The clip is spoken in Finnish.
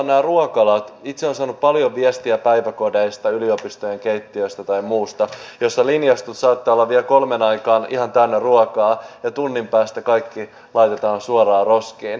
itse olen saanut paljon viestejä päiväkodeista yliopistojen keittiöistä ja muista joissa linjastot saattavat olla vielä kolmen aikaan ihan täynnä ruokaa ja tunnin päästä kaikki laitetaan suoraan roskiin